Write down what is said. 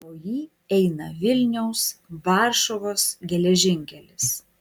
pro jį eina vilniaus varšuvos geležinkelis